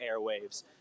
airwaves